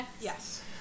Yes